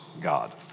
God